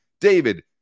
David